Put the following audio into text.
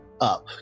up